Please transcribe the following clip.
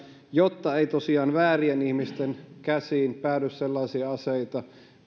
jotta ei tosiaan väärien ihmisten käsiin päädy sellaisia aseita